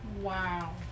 Wow